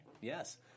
Yes